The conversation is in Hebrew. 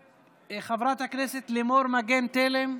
חברת הכנסת לימור מגן תלם,